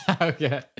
Okay